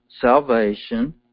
salvation